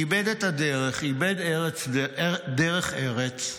איבד את הדרך, איבד דרך ארץ.